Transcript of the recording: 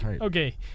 okay